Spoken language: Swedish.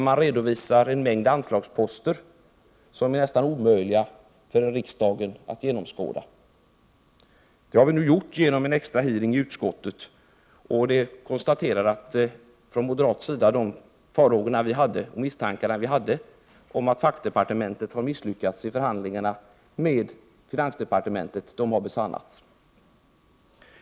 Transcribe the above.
Man redovisar en mängd anslagsposter som är nästan omöjliga att genomskåda för riksdagen. Vi har nu haft en extra utfrågning i utskottet, varvid man kunde konstatera att de moderata misstankarna att fackdepartementet hade misslyckats vid förhandlingarna med finansdepartementet besannades.